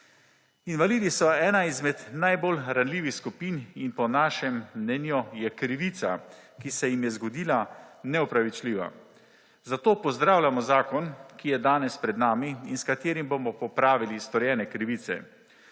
Invalidi so ena izmed najbolj ranljivih skupin in po našem mnenju je krivica, ki se jim je zgodila, neopravičljiva. Zato pozdravljamo zakon, ki je danes pred nami in s katerim bomo popravili storjene krivice.